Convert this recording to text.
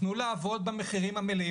תנו לעבוד במחירים המלאים.